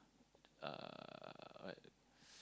uh what